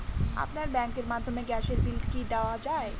আপনার ব্যাংকের মাধ্যমে গ্যাসের বিল কি দেওয়া য়ায়?